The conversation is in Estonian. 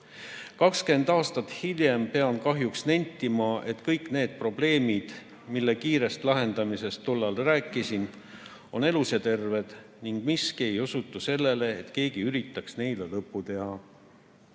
20 aastat hiljem pean kahjuks nentima, et kõik need probleemid, mille kiirest lahendamisest ma tol ajal rääkisin, on elus ja terved ning miski ei osuta sellele, et keegi üritaks neile lõppu